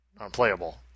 Unplayable